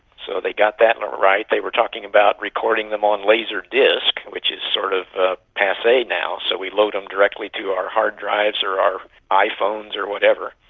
so they got that and um right. they were talking about recording them on laserdisc, which is sort of ah passe now, so we load them directly to our hard drives or our iphones or whatever.